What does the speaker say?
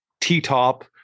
T-top